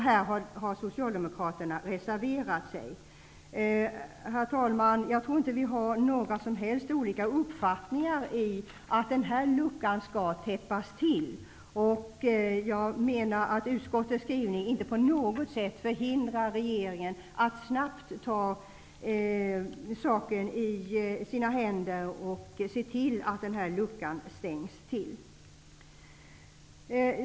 Här har Herr talman! Jag tror inte att vi har några som helst olika uppfattningar om detta. Denna lucka skall täppas till. Jag menar att utskottets skrivning inte på något sätt förhindrar regeringen att snabbt ta saken i sin hand och se till denna lucka stängs till.